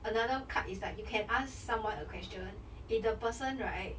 another card is like you can ask someone a question if the person right